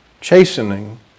chastening